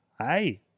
Hi